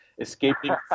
escaping